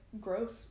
gross